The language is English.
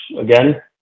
again